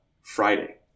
Friday